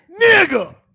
Nigga